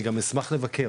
אני גם אשמח לבקר,